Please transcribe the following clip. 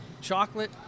chocolate